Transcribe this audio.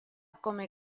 come